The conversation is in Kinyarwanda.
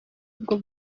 ubwo